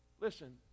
Listen